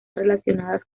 relacionadas